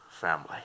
family